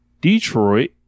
Detroit